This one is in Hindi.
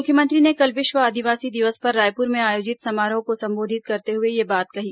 मुख्यमंत्री ने कल विश्व आदिवासी दिवस पर रायपुर में आयोजित समारोह को संबोधित करते हुए यह बात कही